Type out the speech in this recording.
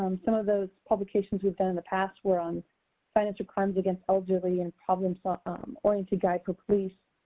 um some of those publications we have done in the past were on financial crimes against elderly and problem-solving ah um oriented guides for police.